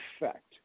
effect